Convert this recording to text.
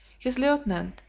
his lieutenant,